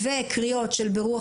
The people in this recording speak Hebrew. וקריאות של: "ברוח,